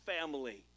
family